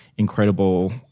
incredible